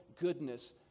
goodness